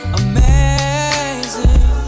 amazing